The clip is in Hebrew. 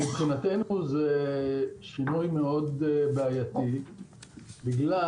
מבחינתנו זה שינוי מאוד בעייתי בגלל